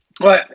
ouais